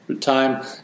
time